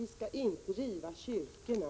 Vi skall inte riva kyrkorna!